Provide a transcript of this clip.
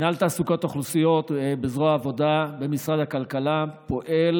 מינהל תעסוקת אוכלוסיות בזרוע העבודה במשרד הכלכלה פועל